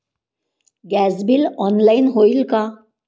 Gas bill online होईल का?